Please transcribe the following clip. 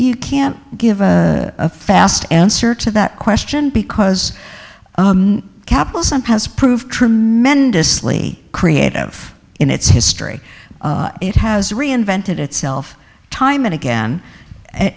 you can't give a fast answer to that question because capitalism has proved tremendously creative in its history it has reinvented itself time and again